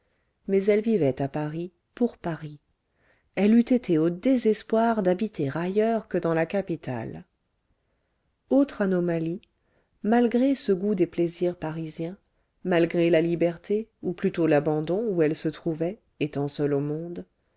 mais elle vivait à paris pour paris elle eût été au désespoir d'habiter ailleurs que dans la capitale autre anomalie malgré ce goût des plaisirs parisiens malgré la liberté ou plutôt l'abandon où elle se trouvait étant seule au monde